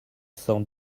cent